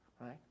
right